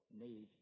need